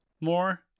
more